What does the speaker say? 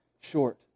short